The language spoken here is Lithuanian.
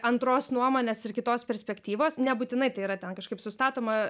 antros nuomonės ir kitos perspektyvos nebūtinai tai yra ten kažkaip sustatoma